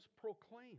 proclaim